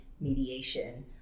mediation